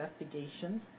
investigations